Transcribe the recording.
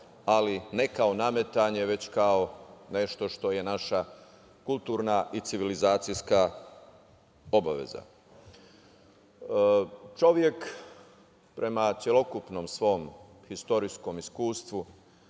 ali ne kao nametanje, već kao nešto što je naša kulturna i civilizacijska obaveza. Čovek prema celokupnom svom istorijskom iskustvu